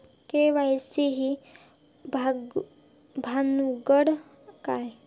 KYC ही भानगड काय?